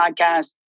podcast